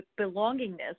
belongingness